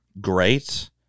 great